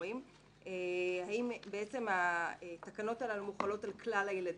והיא האם התקנות הללו מוחלות על כלל הילדים.